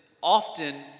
often